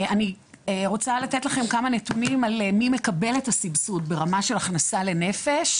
אני רוצה לתת לכם כמה נתונים על מי מקבל את הסבסוד ברמה של הכנסה לנפש.